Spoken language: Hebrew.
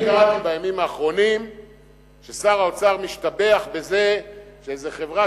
אני קראתי בימים האחרונים ששר האוצר משתבח בזה שאיזה חברה,